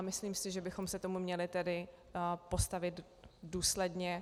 Myslím si, že bychom se k tomu měli postavit důsledně.